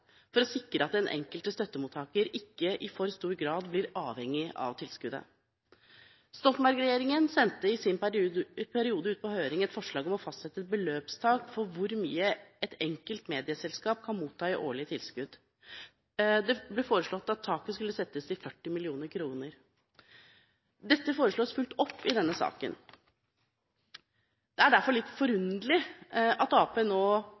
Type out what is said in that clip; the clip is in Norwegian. for å sikre at den enkelte støttemottaker ikke i for stor grad blir avhengig av tilskuddet. Stoltenberg-regjeringen sendte i sin periode ut på høring et forslag om å fastsette et beløpstak for hvor mye et enkelt medieselskap kan motta i årlig tilskudd. Det ble foreslått at taket skulle settes til 40 mill. kr. Dette foreslås fulgt opp i denne saken. Det er derfor litt forunderlig at Arbeiderpartiet nå, kort tid etter, er